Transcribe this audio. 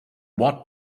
what